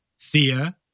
Thea